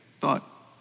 thought